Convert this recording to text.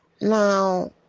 Now